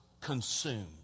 consumed